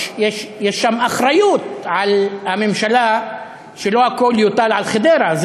יש שם אחריות על הממשלה שלא הכול יוטל על חדרה,